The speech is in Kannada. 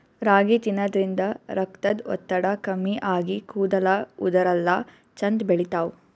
ರಾಗಿ ತಿನ್ನದ್ರಿನ್ದ ರಕ್ತದ್ ಒತ್ತಡ ಕಮ್ಮಿ ಆಗಿ ಕೂದಲ ಉದರಲ್ಲಾ ಛಂದ್ ಬೆಳಿತಾವ್